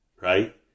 right